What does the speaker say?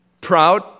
proud